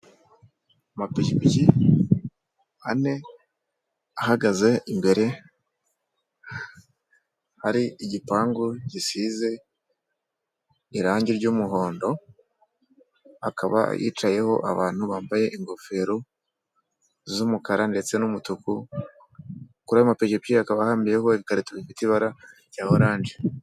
Amapikipiki ane ahagaze, imbere hari igipangu gisize irangi ry'umuhondo, akaba yicayeho abantu bambaye ingofero z'umukara ndetse n'umutuku, kuri ayo mapikipiki hakaba hahambiyeho ibikarita bifite ibara rya oranje.